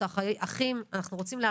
אין פה שום דבר